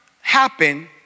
happen